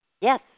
Yes